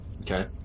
Okay